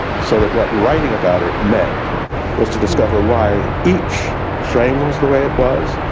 so that what writing about it meant was to discover why each frame was the way it was,